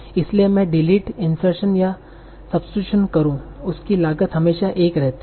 इसलिए मैं delete insertion या सबइस्टीटूशन करू उसकी लागत हमेशा 1 रहती है